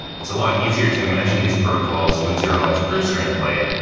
it's a lot easier to imagine these protocols when zero knowledge proofs are in play,